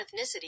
ethnicity